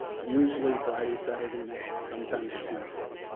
usually friday, saturday night, sometimes tuesday.